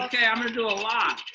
okay, i'm gonna do a lot.